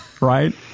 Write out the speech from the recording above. Right